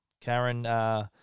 Karen